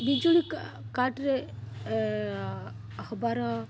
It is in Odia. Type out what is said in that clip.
ବିଜୁଳି କାଟରେ ହେବାର